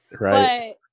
Right